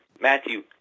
Matthew